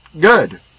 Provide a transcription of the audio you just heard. good